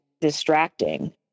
distracting